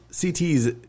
ct's